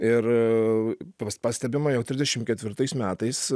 ir pras pastebima jau trisdešimt ketvirtais metais